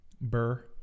Burr